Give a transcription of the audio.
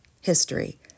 History